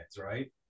right